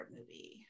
movie